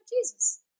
Jesus